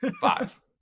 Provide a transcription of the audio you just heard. five